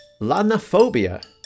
Lanophobia